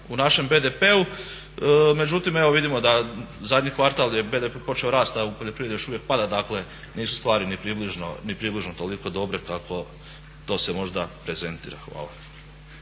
u našem BDP-u, međutim evo vidimo da zadnji kvartal je BDP počeo rasti, a u poljoprivredi još uvijek pada. Dakle, nisu stvari ni približno toliko dobre kako to se možda prezentira. Hvala.